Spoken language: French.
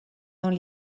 dans